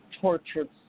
tortured